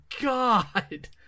God